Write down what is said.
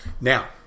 Now